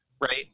Right